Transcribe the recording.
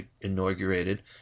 inaugurated